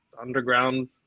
Underground